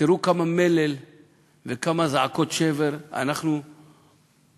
תראו כמה מלל וכמה זעקות שבר אנחנו מוציאים,